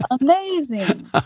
amazing